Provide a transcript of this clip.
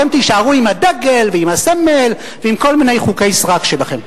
אתם תישארו עם הדגל ועם הסמל ועם כל מיני חוקי סרק שלכם.